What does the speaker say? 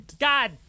God